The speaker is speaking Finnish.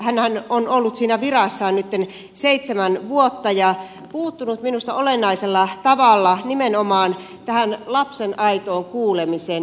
hänhän on ollut siinä virassaan nytten seitsemän vuotta ja puuttunut minusta olennaisella tavalla nimenomaan tähän lapsen aitoon kuulemiseen